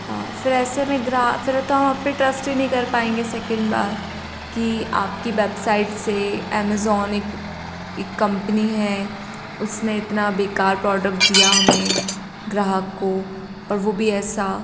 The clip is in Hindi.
हाँ फिर ऐसे में ग्रा फिर तो हम आप पर ट्रस्ट ही नहीं कर पाएँगे सेकेण्ड बार कि आपकी वेबसाइट से एमेज़ॉन एक एक कम्पनी है उसने इतना बेकार प्रोडक्ट दिया हमें ग्राहक को और वह भी ऐसा